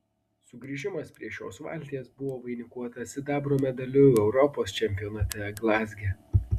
sugrįžimas prie šios valties buvo vainikuotas sidabro medaliu europos čempionate glazge